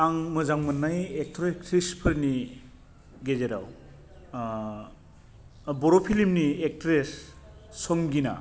आं मोजां मोन्नाय एक्टर एक्ट्रिसफोरनि गेजेराव बर' फिल्मनि एक्ट्रिस संगिना